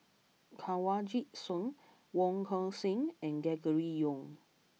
Kanwaljit Soin Wong Tuang Seng and Gregory Yong